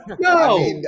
no